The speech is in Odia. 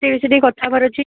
ସେ ବିଷୟରେ ଟିକେ କଥା ହେବାର ଅଛି